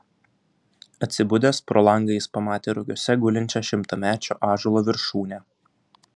atsibudęs pro langą jis pamatė rugiuose gulinčią šimtamečio ąžuolo viršūnę